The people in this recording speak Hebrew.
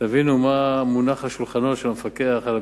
שתבינו מה מונח על שולחנו של המפקח על הביטוח,